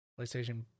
PlayStation